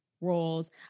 roles